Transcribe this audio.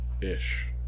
ish